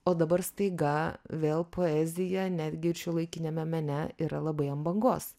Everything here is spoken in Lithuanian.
o dabar staiga vėl poezija netgi ir šiuolaikiniame mene yra labai ant bangos